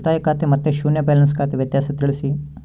ಉಳಿತಾಯ ಖಾತೆ ಮತ್ತೆ ಶೂನ್ಯ ಬ್ಯಾಲೆನ್ಸ್ ಖಾತೆ ವ್ಯತ್ಯಾಸ ತಿಳಿಸಿ?